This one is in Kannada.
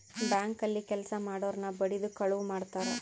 ಬ್ಯಾಂಕ್ ಅಲ್ಲಿ ಕೆಲ್ಸ ಮಾಡೊರ್ನ ಬಡಿದು ಕಳುವ್ ಮಾಡ್ತಾರ